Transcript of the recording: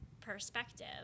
perspective